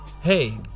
hey